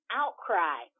outcry